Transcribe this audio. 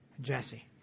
Jesse